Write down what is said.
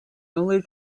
only